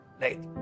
late